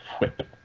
Whip